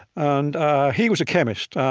and he was a chemist.